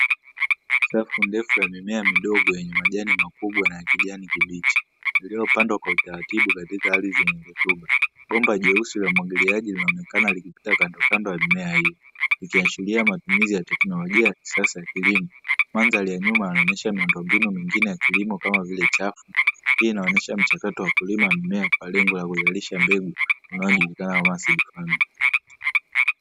Safi ndefu yenye mimea midogo yenye majani makubwa na kijani kibichi. Iliyopandwa kwa utaratibu katika ardhi yenye rutuba. Bomba jeusi la umwagiliaji linaonekana likipita kando kando ya mimea hii. Ikiashiria matumizi ya teknolojia ya kisasa ya kilimo, madhari ya nyuma inaonyesha miundombinu mingine ya kilimo kama vile chafu hii inaonyesha mchakato wa kilimo mimea kwa lengo la kuzalisha mbegu unaojulikana kama masji famingi.